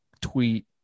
tweet